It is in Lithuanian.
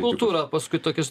kultūrą paskui tokius